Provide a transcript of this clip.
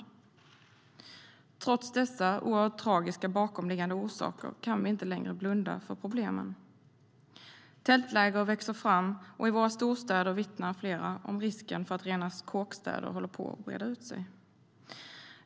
Trots dessa tragiska bakomliggande orsaker kan vi inte längre blunda för problemen. Tältläger växer fram, och i våra storstäder vittnar flera om risken för att rena kåkstäder håller på att breda ut sig.